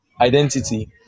identity